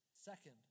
Second